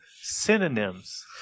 synonyms